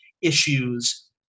issues